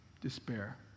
Despair